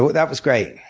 so that was great.